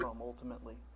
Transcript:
ultimately